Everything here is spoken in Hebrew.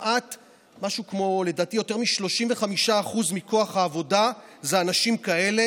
לדעתי משהו כמו יותר מ-35% מכוח העבודה זה אנשים כאלה.